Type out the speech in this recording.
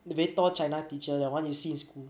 the very tall china teacher the [one] you see in school